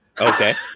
okay